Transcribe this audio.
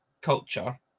culture